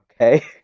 okay